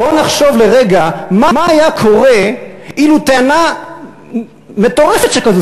בואו נחשוב לרגע מה היה קורה אילו טענה מטורפת שכזו,